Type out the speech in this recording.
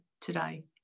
today